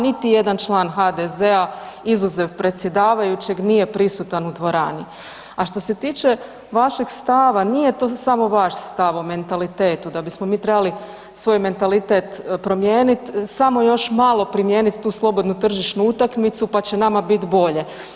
Niti jedan član HDZ-a izuzev predsjedavajućeg nije prisutan u dvorani, a što se tiče vašeg stava, nije to samo vaš stav o mentalitetu, da bismo mi trebali, svoj mentalitet promijeniti, samo još malo primijeniti tu slobodnu tržišnu utakmicu pa će nama biti bolje.